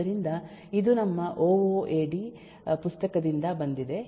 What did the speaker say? ಆದ್ದರಿಂದ ಇದು ನಮ್ಮ ಒಒಎಡಿ ಪುಸ್ತಕದಿಂದ ಬಂದಿದೆ